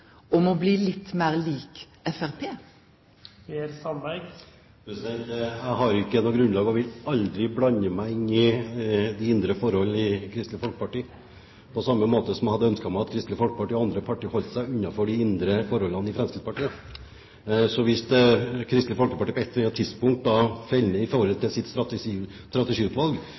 mot å bli litt meir lik Framstegspartiet? Jeg har ikke noe grunnlag for å blande meg inn i de indre forhold i Kristelig Folkeparti og vil aldri gjøre det, på samme måte som jeg hadde ønsket meg at Kristelig Folkeparti og andre partier holdt seg unna de indre forholdene i Fremskrittspartiet. Hvis Kristelig Folkepartis strategiutvalg på et eller annet tidspunkt ender med å distansere seg fra bekjennelsesparagrafen, har sikkert Kristelig Folkepartis strategiutvalg gjort det